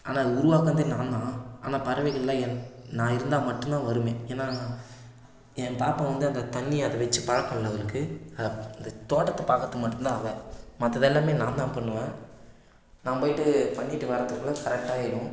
ஆனால் அதை உருவாக்கினதே நான்தான் ஆனால் பறவைகள்லாம் என் நான் இருந்தால் மட்டும்தான் வரும் ஏன்னா என் பாப்பா வந்து அந்த தண்ணியை அது வச்சி பழக்கம் இல்லை அவளுக்கு அதை அந்த தோட்டத்தை பார்க்கறது மட்டும்தான் அவள் மற்றது எல்லாம் நான்தான் பண்ணுவேன் நான் போயிட்டு பண்ணிட்டு வரதுக்குள்ள கரெக்டாயிடும்